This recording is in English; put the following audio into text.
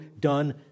done